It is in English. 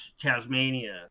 Tasmania